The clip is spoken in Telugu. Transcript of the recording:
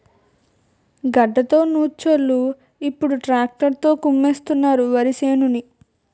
గడ్డతో నూర్చోలు ఇప్పుడు ట్రాక్టర్ తో కుమ్మిస్తున్నారు వరిసేనుని